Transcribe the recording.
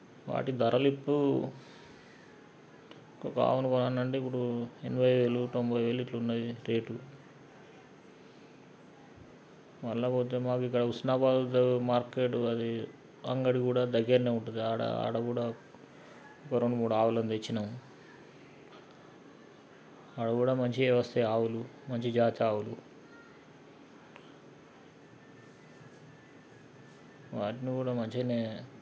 వాటి ధరలు ఇప్పుడు ఒక ఆవును కొనాలి అంటే ఇప్పుడు ఎనబై వేలు తొంబై వేలు ఇట్లా ఉన్నది రేటు మళ్ళీ పోతే మాకు ఇక్కడ ఉస్నాబాద్ ఉంటుంది మార్కెట్ అది అంగడి కూడా దగ్గరనే ఉంటుంది ఆడ ఆడ కూడా ఒక రెండు మూడు ఆవుల్ని తెచ్చాము ఆడ గూడ మంచిగే వస్తాయి ఆవులు మంచి జాతి ఆవులు వాటిని కూడా మంచిగానే